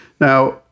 Now